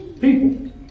people